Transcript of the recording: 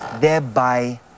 thereby